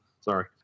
Sorry